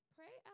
Pray